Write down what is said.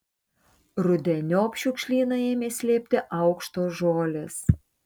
rudeniop šiukšlyną ėmė slėpti aukštos žolės